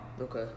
Okay